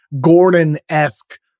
Gordon-esque